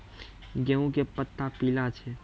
गेहूँ के पत्ता पीला छै?